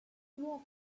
walk